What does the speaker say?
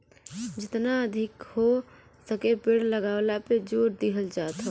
जेतना अधिका हो सके पेड़ लगावला पे जोर दिहल जात हौ